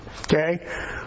Okay